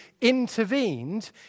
intervened